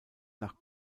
nach